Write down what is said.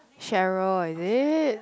Cheryl is it